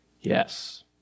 Yes